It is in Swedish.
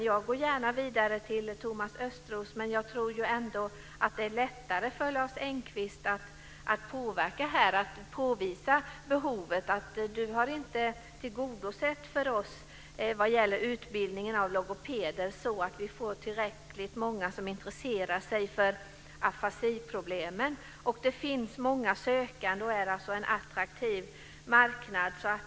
Jag går gärna vidare till Thomas Östros, men jag tror att det är lättare för Lars Engqvist att påvisa att behovet inte är tillgodosett vad gäller utbildningen av logopeder så att vi får tillräckligt många som intresserar sig för Afasiproblemen. Det finns många sökande och är alltså en attraktiv marknad.